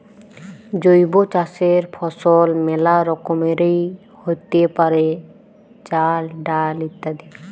জৈব চাসের ফসল মেলা রকমেরই হ্যতে পারে, চাল, ডাল ইত্যাদি